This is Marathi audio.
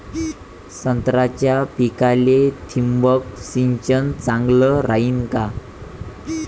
संत्र्याच्या पिकाले थिंबक सिंचन चांगलं रायीन का?